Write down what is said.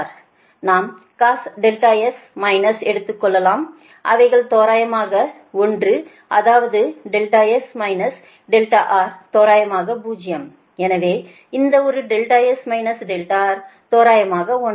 நாம் cos δS minus எடுத்துக்கொள்ளலாம் அவைகள் தோராயமாக 1 அதாவது S R தோராயமாக 0 எனவே இந்த ஒரு S Rதோராயமாக 1